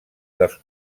dels